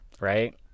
Right